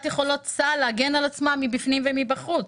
יכולות צה"ל להגן על עצמו מבפנים ומבחוץ.